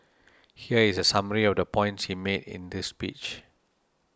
here is a summary of the points he made in his speech